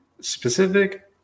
specific